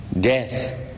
Death